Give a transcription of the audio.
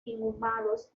inhumados